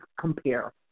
compare